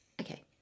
Okay